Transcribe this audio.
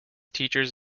teachers